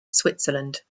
switzerland